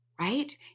right